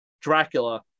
dracula